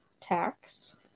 Tax